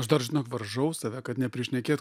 aš dar žinok varžau save kad neprišnekėt